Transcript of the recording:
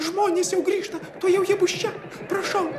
žmonės jau grįžta tuojau jie bus čia prašau